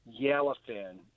yellowfin